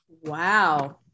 Wow